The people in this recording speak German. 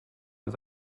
ist